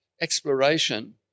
exploration